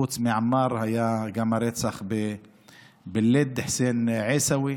חוץ מעמאר היה גם הרצח בלוד, חוסיין עיסאווי.